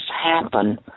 happen